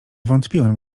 wątpiłem